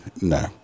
No